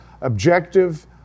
objective